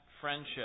friendship